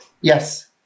yes